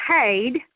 paid